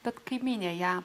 bet kaimynė ją